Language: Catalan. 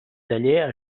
taller